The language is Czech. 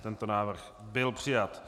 Tento návrh byl přijat.